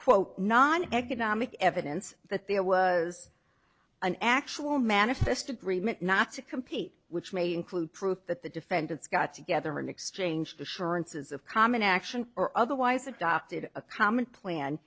quote non economic evidence that there was an actual manifest agreement not to compete which may include proof that the defendants got together and exchanged assurances of common action or otherwise adopted a common plan